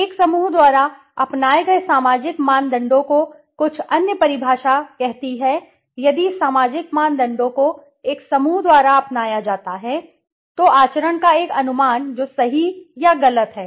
एक समूह द्वारा अपनाए गए सामाजिक मानदंडों को कुछ अन्य परिभाषा कहती है यदि सामाजिक मानदंडों को एक समूह द्वारा अपनाया जाता है तो आचरण का एक अनुमान जो सही या गलत है